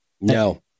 no